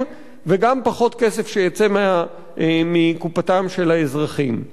וגם פחות כסף שיצא מקופתם של האזרחים.